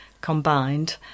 combined